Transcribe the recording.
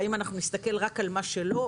ואם אנחנו נסתכל רק על מה שלא,